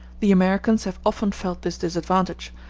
the americans have often felt this disadvantage,